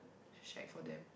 shack for them